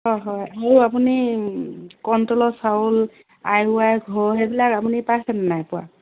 হয় হয় আৰু আপুনি কণট্ৰলৰ চাউল আই ৱাই ঘৰ সেইবিলাক আপুনি পাইছেনে নাই পোৱা